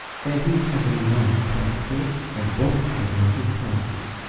and he has a long pocketbook and won't haggle over prices.